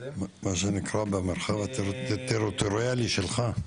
--- מה שנקרא במרחב הטריטוריאלי שלך.